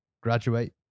graduate